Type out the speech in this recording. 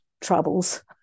troubles